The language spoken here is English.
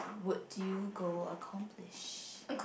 work do you go accomplish